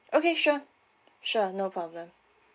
okay sure sure no problem